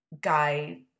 guy